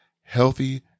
Healthy